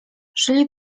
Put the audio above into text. szli